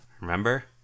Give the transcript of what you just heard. Remember